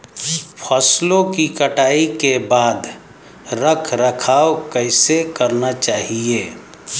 फसलों की कटाई के बाद रख रखाव कैसे करना चाहिये?